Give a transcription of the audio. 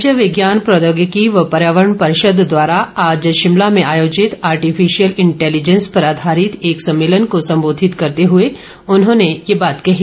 राज्य विज्ञान प्रौद्योगिकी व पर्यावरण परिषद द्वारा आज शिमला में आयोजित आर्टिफिशियल इंटेलिजेंस पर आधारित एक सम्मेलन को संबोधित करते हुए उन्होंने ये बात कही